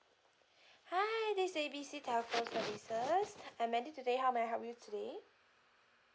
hi this A B C telco services I'm mandy today how may I help you today